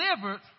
delivered